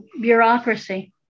bureaucracy